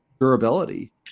durability